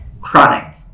chronic